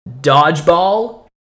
Dodgeball